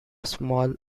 small